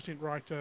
right